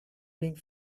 being